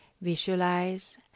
Visualize